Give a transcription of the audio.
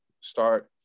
start